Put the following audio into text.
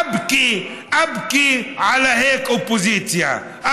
אבכי, אבכי עלייכ, אופוזיציה.